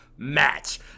match